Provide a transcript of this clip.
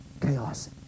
Chaos